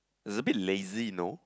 is a bit lazy you know